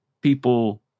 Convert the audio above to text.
people